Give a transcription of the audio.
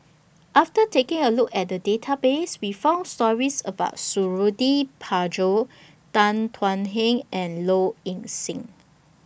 after taking A Look At The Database We found stories about Suradi Parjo Tan Thuan Heng and Low Ing Sing